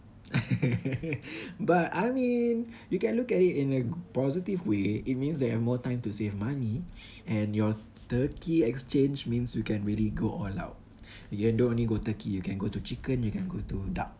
but I mean you can look at it in a positive way it means that you have more time to save money and your Turkey exchange means you can really go all out you can don't only go Turkey you can go to chicken you can go to duck